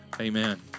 Amen